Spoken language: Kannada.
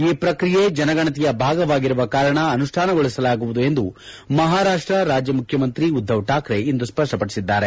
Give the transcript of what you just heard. ಈ ಪ್ರಕ್ರಿಯೆ ಜನಗಣತಿಯ ಭಾಗವಾಗಿರುವ ಕಾರಣ ಅನುಷ್ಟಾನಗೊಳಿಸಲಾಗುವುದು ಎಂದು ಮಹಾರಾಷ್ಷ ರಾಜ್ಯ ಮುಖ್ಯಮಂತ್ರಿ ಉದ್ದವ್ ಠಾಕ್ರೆ ಇಂದು ಸ್ಪಷ್ಟಪಡಿಸಿದ್ದಾರೆ